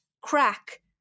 crack